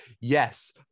yes